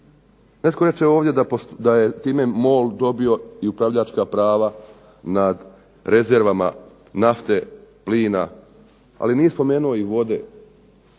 Netko reče ovdje da je time MOL dobio upravljačka prava nad rezervama nafte, plina, ali nije spomenuo i vode,